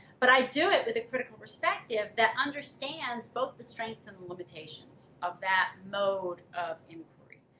but i do it with a critical perspective that understands both the strengths and limitations of that mode of inquiry.